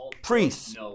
Priests